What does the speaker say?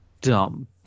dumb